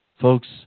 Folks